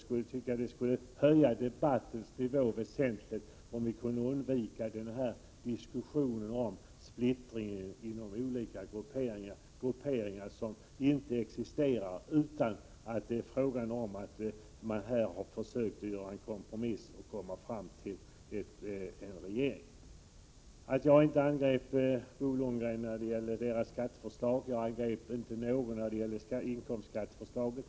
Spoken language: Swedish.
Det skulle höja debattens nivå väsentligt om vi kunde undvika denna diskussion om splittring inom olika grupperingar vilka inte existerar. Det är i stället fråga om att man försöker träffa en kompromiss och komma fram till en majoritet. Jan Bergqvist undrade varför jag inte angrep Bo Lundgren när det gäller moderaternas skatteförslag. Jag angrep inte någon när det gäller inkomstskatteförslaget.